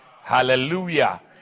Hallelujah